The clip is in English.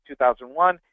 2001